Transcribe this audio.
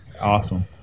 Awesome